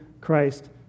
Christ